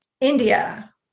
India